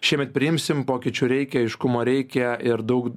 šiemet priimsim pokyčių reikia aiškumo reikia ir daug